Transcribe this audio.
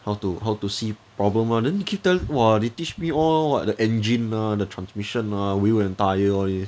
how to how to see problem lah then they keep tell !wah! they teach me all what the engine ah the transmission ah the wheel and tire all these